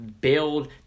build